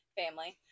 family